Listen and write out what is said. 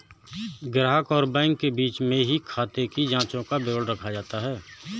ग्राहक और बैंक के बीच में ही खाते की जांचों का विवरण रखा जाता है